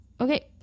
Okay